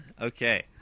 Okay